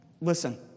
Listen